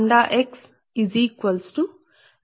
ఈ విధంగా మనం ఊహించుకుంటాము